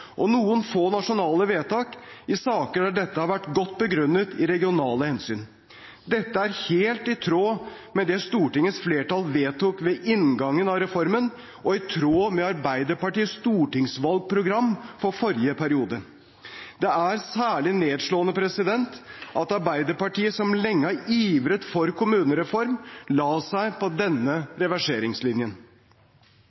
og noen få nasjonale vedtak i saker der dette har vært godt begrunnet i regionale hensyn. Dette er helt i tråd med det Stortingets flertall vedtok ved inngangen av reformen, og i tråd med Arbeiderpartiets stortingsvalgprogram for forrige periode. Det er særlig nedslående at Arbeiderpartiet som lenge har ivret for kommunereform, la seg på denne